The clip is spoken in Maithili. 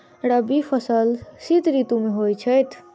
रबी फसल शीत ऋतु मे होए छैथ?